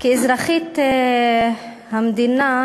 "כאזרחית המדינה,